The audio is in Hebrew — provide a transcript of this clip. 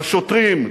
לשוטרים,